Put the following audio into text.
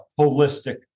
holistic